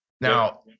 Now